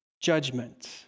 judgment